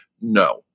No